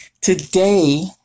today